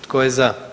Tko je za?